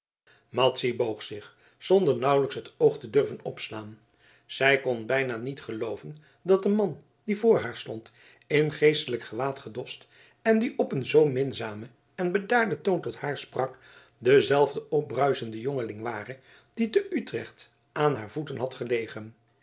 madzy boog zich zonder nauwelijks het oog te durven opslaan zij kon bijna niet gelooven dat de man die voor haar stond in geestelijk gewaad gedost en die op een zoo minzamen en bedaarden toon tot naar sprak dezelfde opbruisende jongeling ware die te utrecht aan haar voeten had gelegen